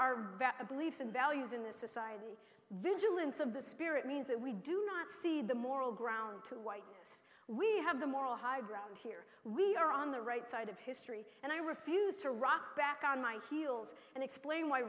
our beliefs and values in this society vigilance of the spirit means that we do not see the moral ground to why we have the moral high ground here we are on the right side of history and i refuse to rock back on my heels and explain why